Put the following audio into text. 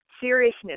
seriousness